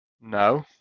No